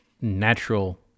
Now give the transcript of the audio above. natural